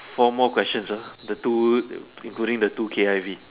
four more questions ah the two the including the two K_I_V